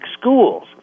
schools